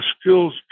skills